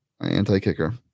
Anti-kicker